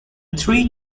three